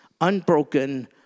unbroken